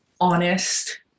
honest